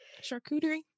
charcuterie